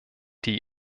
die